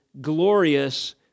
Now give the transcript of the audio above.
glorious